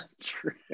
true